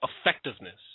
effectiveness